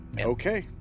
okay